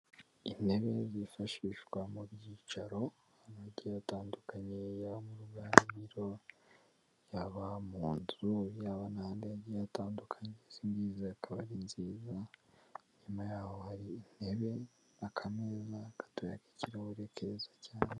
Intebe zifashishwa mu byicaro, ahantu hagiye atandukanye yaba mu ruganiriro, yaba mu nzu, yaba n'ahandi hagiye hatandukanye. Izi ngizi akaba ari nziza, inyuma yaho hari intebe n'akameza gatoya k'ikirahure keza cyane.